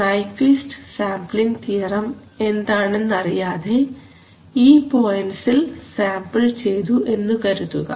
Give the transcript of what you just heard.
Nyquist sampling theorem എന്താണെന്നറിയാതെ ഈ പോയന്റ്സിൽ സാമ്പിൾ ചെയ്തു എന്ന് കരുതുക